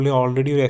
already